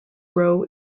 grow